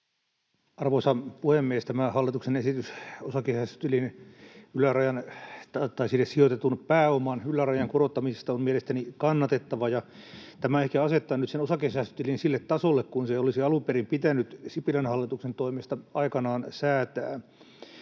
Arvoisa puhemies! Tämä hallituksen esitys osakesäästötilille sijoitetun pääoman ylärajan korottamisesta on mielestäni kannatettava, ja tämä ehkä asettaa nyt osakesäästötilin sille tasolle kuin se olisi alun perin pitänyt aikanaan Sipilän hallituksen toimesta säätää.